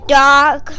dog